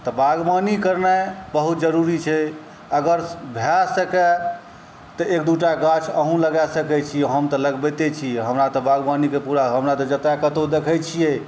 तऽ बागवानी करनाइ बहुत जरूरी छै अगर भऽ सकै तऽ एक दू टा गाछ अहूँ लगा सकै छी हम तऽ लगबैते छी हमरा तऽ बागवानीके पूरा हमरा तऽ जतऽ कतहु देखै छिए